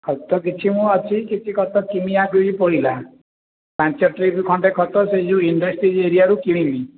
ଖତ କିଛି ମୁଁ ଅଛି କିଛି ଖତ କିଣିବାକୁ ବି ପଡ଼ିଲା ପାଞ୍ଚ ଟ୍ରିପ୍ ଖଣ୍ଡେ ଖତ ସେ ଯେଉଁ ଇଣ୍ଡଷ୍ଟ୍ରି ଏରିଆରୁ କିଣିଲି